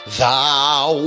thou